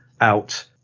out